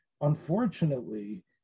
unfortunately